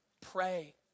Pray